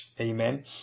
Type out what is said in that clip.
amen